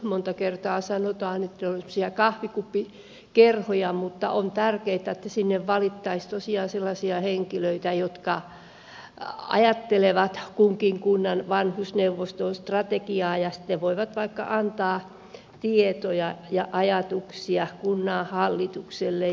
monta kertaa sanotaan että ne ovat tämmöisiä kahvikuppikerhoja mutta on tärkeätä että sinne valittaisiin tosiaan sellaisia henkilöitä jotka ajattelevat kunkin kunnan vanhusneuvoston strategiaa ja sitten voivat vaikka antaa tietoja ja ajatuksia kunnanhallitukselle